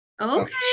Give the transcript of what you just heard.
Okay